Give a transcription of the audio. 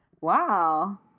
Wow